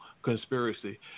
conspiracy